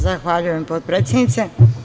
Zahvaljujem, potpredsednice.